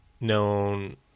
known